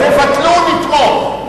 תבטלו, נתמוך.